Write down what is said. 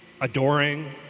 adoring